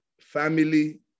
family